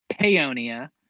peonia